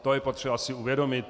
To je potřeba si uvědomit.